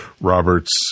Robert's